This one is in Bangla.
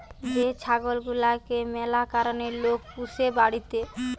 যে ছাগল গুলাকে ম্যালা কারণে লোক পুষে বাড়িতে